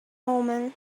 omen